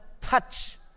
touch